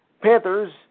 Panthers